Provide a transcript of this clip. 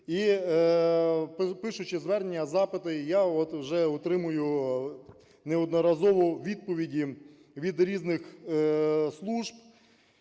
І пишучи звернення, запити, я от вже отримую неодноразово відповіді від різних служб